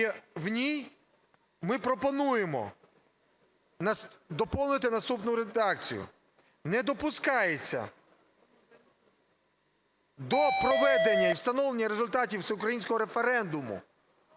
І в ній ми пропонуємо доповнити наступну редакцію: "Не допускається до проведення і встановлення результатів всеукраїнського референдуму